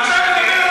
הוא מסית.